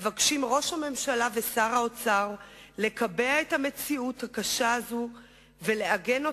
מבקשים ראש הממשלה ושר האוצר לקבע את המציאות הקשה הזאת ולעגן אותה,